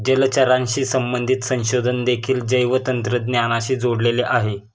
जलचराशी संबंधित संशोधन देखील जैवतंत्रज्ञानाशी जोडलेले आहे